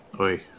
Oi